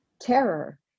terror